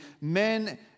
men